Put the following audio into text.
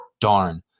darn